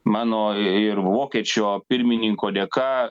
mano ir vokiečio pirmininko dėka